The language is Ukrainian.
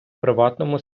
приватному